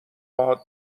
باهات